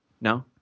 No